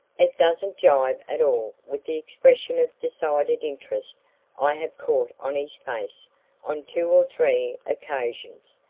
it doesn't jibe at all with the expression of decided interest i have caught on his face on two or three occasions.